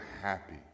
happy